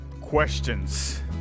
questions